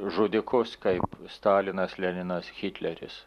žudikus kaip stalinas leninas hitleris